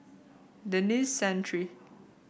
Denis Santry